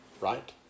Right